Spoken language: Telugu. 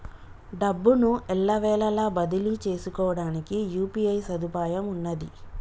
డబ్బును ఎల్లవేళలా బదిలీ చేసుకోవడానికి యూ.పీ.ఐ సదుపాయం ఉన్నది